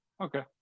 Okay